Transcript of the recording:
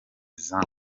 bakinana